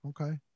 Okay